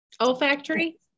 olfactory